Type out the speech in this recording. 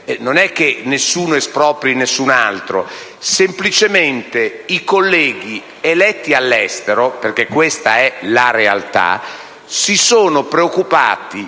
Francamente, nessuno espropria nessun altro: semplicemente i colleghi eletti all'estero - perché questa è la realtà - si sono preoccupati